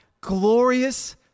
glorious